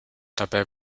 dabei